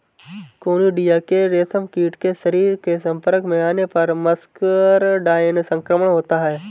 conidia के रेशमकीट के शरीर के संपर्क में आने पर मस्करडाइन संक्रमण होता है